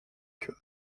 que